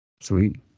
sweet